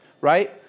right